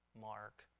mark